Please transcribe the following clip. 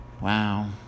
Wow